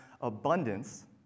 abundance